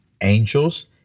angels